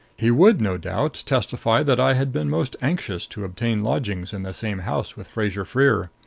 he would no doubt testify that i had been most anxious to obtain lodgings in the same house with fraser-freer.